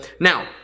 Now